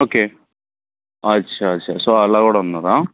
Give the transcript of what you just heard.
okay అచ్చా అచ్చా so అలా కూడా ఉందా